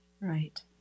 Right